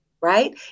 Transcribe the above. Right